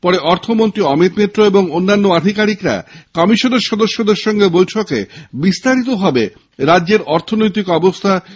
পরে অর্থমন্ত্রী অমিত মিত্র ও অন্যান্য আধিকারিকেরা কমিশনের সদস্যদের সঙ্গে বৈঠকে বিস্তারিতভাবে রাজ্যের অর্থনৈতিক অবস্থা তুলে ধরেন